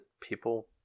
people